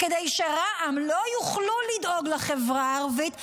כדי שרע"מ לא יוכלו לדאוג לחברה הערבית,